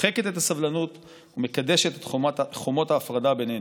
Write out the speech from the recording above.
דוחקת את הסבלנות ומקדשת את חומות ההפרדה בינינו.